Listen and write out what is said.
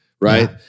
right